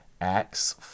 acts